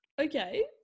okay